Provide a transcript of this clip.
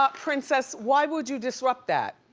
ah princess, why would you disrupt that?